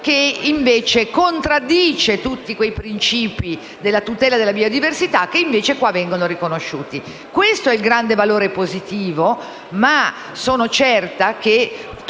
che contraddice il principio della tutela della biodiversità, che invece qua viene riconosciuta. Questo è un grande valore positivo, ma sono certa che tutti